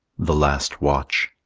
the last watch